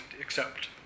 accept